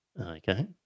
Okay